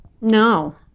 No